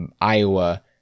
iowa